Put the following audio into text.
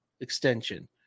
extension